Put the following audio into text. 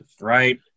Right